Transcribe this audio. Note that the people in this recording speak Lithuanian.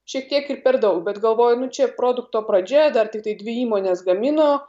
šiek tiek ir per daug bet galvoju nu čia produkto pradžia dar tiktai dvi įmonės gamino